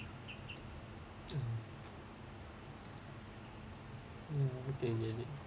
mm mm they will need